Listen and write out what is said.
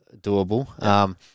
doable